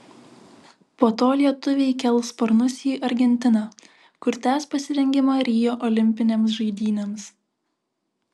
po to lietuviai kels sparnus į argentiną kur tęs pasirengimą rio olimpinėms žaidynėms